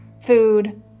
food